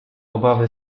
obawy